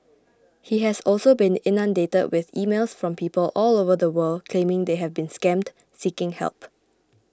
he has also been inundated with emails from people all over the world claiming they have been scammed seeking help